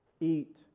eat